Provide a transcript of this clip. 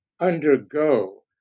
undergo